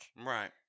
Right